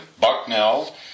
Bucknell